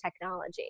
technology